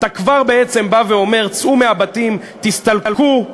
אתה כבר בעצם בא ואומר: צאו מהבתים, תסתלקו.